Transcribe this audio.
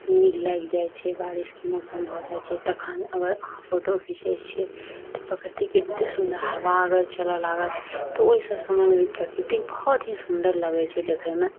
मेघ लागि जाइत छै बारिशके मौसम भऽ जाइत छै तखन अगर अहाँ फोटो खीचै छियै तऽ प्रकृतिक एतेक सुन्दर हबा आबै छै लागत तऽ ओहिसब समयमे प्रकृति बहुत ही सुन्दर लगैत छै देखैमे